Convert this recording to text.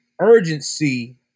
urgency